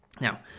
Now